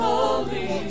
Holy